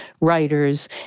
writers